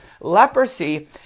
leprosy